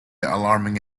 alarming